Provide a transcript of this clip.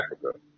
Africa